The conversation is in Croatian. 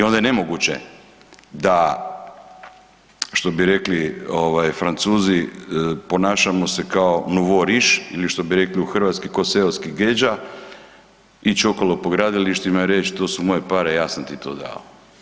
I onda je nemoguće da što bi rekli Francuzi, ponašamo se kao … [[govornik se ne razumije]] ili što bi rekli u Hrvatskoj, kao seoski gedža ići okolo po gradilištima i reći to su moje pare, ja sam ti to dao.